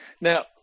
now